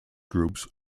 groups